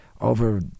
over